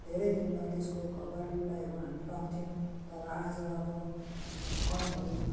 धेरै दिनमा त्यसको खबर रिप्लाईहरू हामी पाउँथ्यौँ तर आज अब फोनहरू